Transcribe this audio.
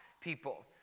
people